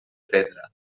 pedra